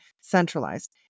centralized